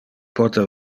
pote